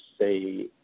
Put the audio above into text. say